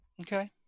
Okay